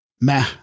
Meh